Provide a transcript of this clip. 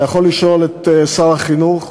אתה יכול לשאול את שר החינוך,